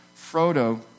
Frodo